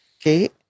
okay